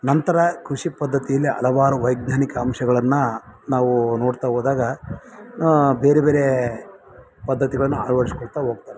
ನಂತರ ಕೃಷಿ ಪದ್ದತಿಯಲ್ಲಿ ಹಲವಾರು ವೈಜ್ಞಾನಿಕ ಅಂಶಗಳನ್ನು ನಾವು ನೋಡ್ತಾ ಹೋದಾಗ ಬೇರೆ ಬೇರೆ ಪದ್ದತಿಗಳನ್ನ ಅಳವಡ್ಸ್ಕೊಳ್ತಾ ಹೋಗ್ತಾರವ್ರು